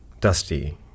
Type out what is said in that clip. dusty